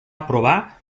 aprovar